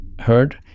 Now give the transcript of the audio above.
heard